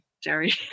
Jerry